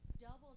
double